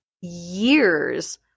years